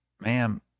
Ma'am